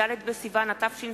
ד' בסיוון התשס"ט,